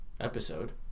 episode